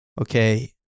okay